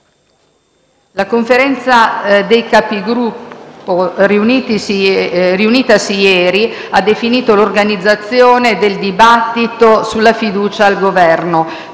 La Conferenza dei Capigruppo, riunitasi ieri, ha definito l'organizzazione del dibattito sulla fiducia al Governo.